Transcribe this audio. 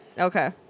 okay